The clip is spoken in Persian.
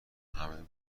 همه